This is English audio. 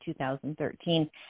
2013